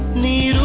me